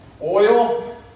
Oil